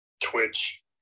Twitch